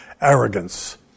arrogance